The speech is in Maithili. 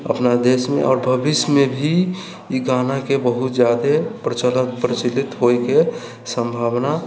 अपना देशमे आओर भविष्यमे भी ई गानाके बहुत ज्यादे प्रचलन प्रचलित होइके सम्भावना